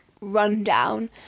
rundown